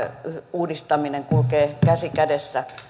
uudistaminen kulkee käsi kädessä